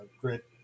grit